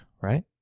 right